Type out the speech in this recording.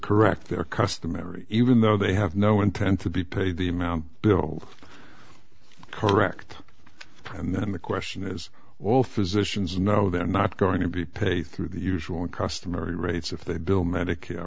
their customary even though they have no intent to be paid the amount bill correct and then the question is well physicians know they're not going to be paid through the usual and customary rates if they bill medica